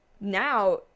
now